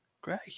Great